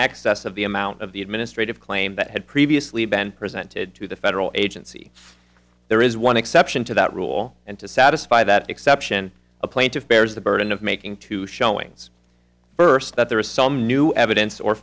excess of the amount of the administrative claim that had previously been presented to the federal agency there is one exception to that rule and to satisfy that exception a plaintiff bears the burden of making two showings first that there is some new evidence or